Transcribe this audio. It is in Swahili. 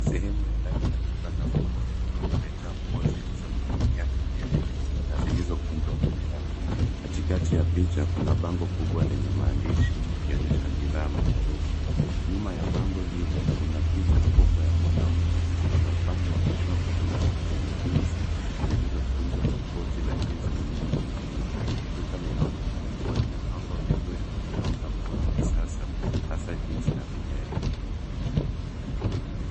Katikati ya picha kuna bango kubwa lenye maandishi, bila jina maarufu. Nyuma ya bango hilo kuna picha kubwa ya mwanamke, na upande wa kushoto kuna rafu zenye bidhaa za jinsia, zilizopangwa kwa mpangilio mzuri. Kwa hivyo, sehemu hiyo inaonekana imepangwa vizuri na kuuza bidhaa za kisasasa za jinsia na vilele.